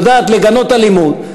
יודעת לגנות אלימות,